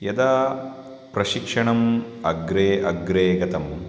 यदा प्रशिक्षणम् अग्रे अग्रे गतम्